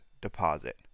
deposit